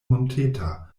monteta